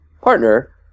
partner